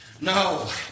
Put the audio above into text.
No